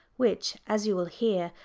which, as you will hear,